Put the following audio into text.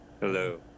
Hello